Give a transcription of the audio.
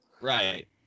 Right